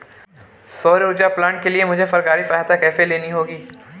सौर ऊर्जा प्लांट के लिए मुझे सरकारी सहायता कैसे लेनी होगी?